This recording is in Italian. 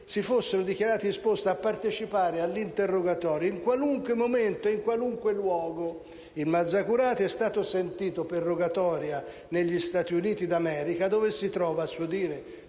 si fossero dichiarati disposti a partecipare all'interrogatorio in qualunque momento ed in qualunque luogo. Il Mazzacurati è stato sentito per rogatoria negli Stati Uniti d'America dove si trova a suo dire